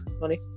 money